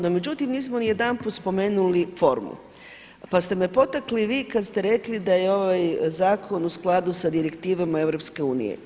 No međutim, nismo ni jedanput spomenuli formu, pa ste me potakli vi kad ste rekli da je ovaj zakon u skladu sa direktivama EU.